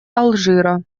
алжира